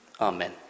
Amen